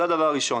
זה הדבר הראשון.